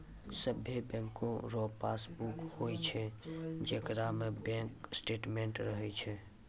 सभे बैंको रो पासबुक होय छै जेकरा में बैंक स्टेटमेंट्स रहै छै